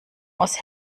aus